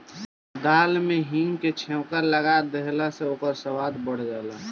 दाली में हिंग के छौंका लगा देहला से ओकर स्वाद बढ़ जाला